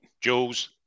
jules